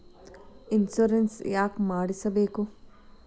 Insurance ಯಾಕ್ ಮಾಡಿಸಬೇಕು?